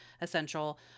essential